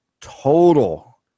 total